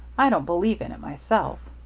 i don't believe in it myself.